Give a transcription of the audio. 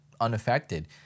unaffected